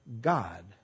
God